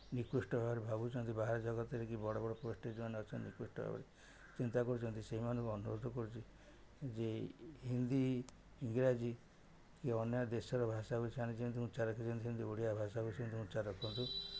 ନିକୃଷ୍ଟ ଭାବରେ ଭାବୁଛନ୍ତି ବାହାର ଜଗତରେ କି ବଡ଼ ବଡ଼ ପୋଷ୍ଟ୍ରେ ଯେଉଁମାନେ ଅଛନ୍ତି ନିକୃଷ୍ଟ ଭାବରେ ଚିନ୍ତା କରୁଛନ୍ତି ସେମାନଙ୍କୁ ଅନୁରୋଧ କରୁଛି ଯେ ହିନ୍ଦୀ ଇଂରାଜୀ ଏ ଅନ୍ୟ ଦେଶର ଭାଷାକୁ ସେମାନେ ଯେମିତି ଉଚ୍ଚା ରଖିଛନ୍ତି ସେମାନେ ଓଡ଼ିଆ ଭାଷାକୁ ସେମିତି ଉଚ୍ଚା ରଖନ୍ତୁ